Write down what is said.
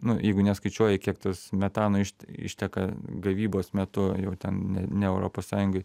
nu jeigu neskaičiuoji kiek tas metano iš išteka gavybos metu jau ten ne ne europos sąjungoj